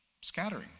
scattering